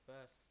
first